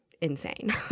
insane